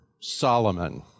Solomon